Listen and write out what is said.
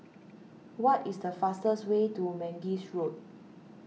what is the fastest way to Mangis Road